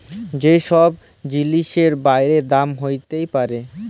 যে ছব জিলিসের বাইড়ে দাম হ্যইতে পারে